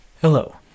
Hello